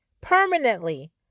permanently